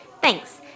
Thanks